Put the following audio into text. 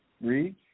Read